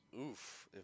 Oof